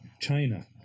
China